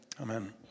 amen